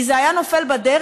כי זה היה נופל בדרך.